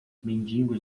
mendigos